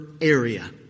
area